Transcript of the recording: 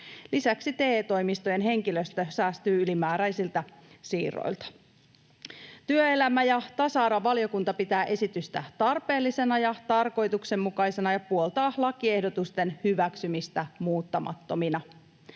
Lisäksi TE-toimistojen henkilöstö säästyy ylimääräisiltä siirroilta. Työelämä- ja tasa-arvovaliokunta pitää esitystä tarpeellisena ja tarkoituksenmukaisena ja puoltaa lakiehdotusten hyväksymistä muuttamattomina.